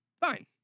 fine